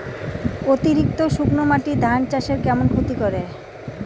অতিরিক্ত শুকনা মাটি ধান চাষের কেমন ক্ষতি করে?